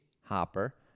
hopper